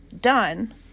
done